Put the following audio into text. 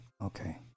Okay